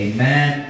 Amen